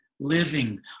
living